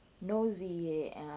nosy